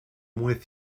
with